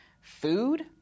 food